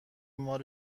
مال